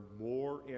more